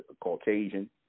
Caucasian